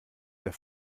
der